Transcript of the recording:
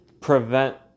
prevent